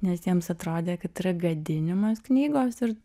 nes jiems atrodė kad tai yra gadinimas knygos ir